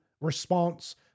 response